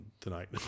tonight